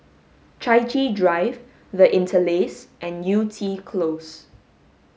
Chai Chee Drive The Interlace and Yew Tee Close